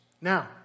Now